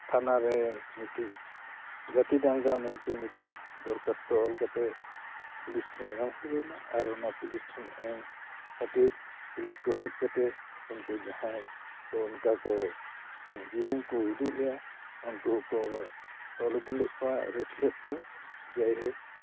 ᱛᱷᱟᱱᱟᱨᱮ ᱢᱤᱫᱴᱮᱱ ᱡᱟᱹᱛᱤ ᱫᱟᱝᱜᱟ ᱢᱮᱱᱛᱮ ᱢᱤᱫᱴᱮᱱ ᱫᱚᱨᱠᱟᱥᱛᱚ ᱚᱞ ᱠᱟᱛᱮ ᱯᱩᱞᱤᱥ ᱴᱷᱮᱱ ᱮᱢ ᱦᱩᱭ ᱞᱮᱱᱟ ᱟᱨ ᱚᱱᱟ ᱯᱩᱞᱤᱥ ᱴᱷᱮᱱ ᱮᱢ ᱠᱷᱟᱹᱛᱤᱨ ᱯᱩᱞᱤᱥ ᱠᱚ ᱦᱮᱡ ᱠᱟᱛᱮ ᱩᱱᱠᱩ ᱡᱟᱦᱟᱸᱭ ᱠᱚ ᱚᱱᱠᱟ ᱠᱚ ᱡᱩᱞᱩᱢ ᱠᱚ ᱩᱫᱩᱜ ᱞᱮᱜᱼᱟ ᱩᱱᱠᱩ ᱠᱚ ᱛᱚᱞ ᱤᱫᱤ ᱞᱮᱫ ᱠᱚᱣᱟ ᱮᱨᱮᱥᱴ ᱞᱮᱫ ᱠᱚᱣᱟ ᱡᱟᱭᱦᱳᱠ